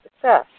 success